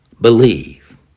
believe